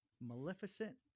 Maleficent